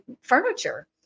furniture